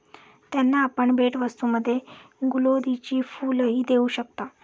त्यांना आपण भेटवस्तूंमध्ये गुलौदीची फुलंही देऊ शकता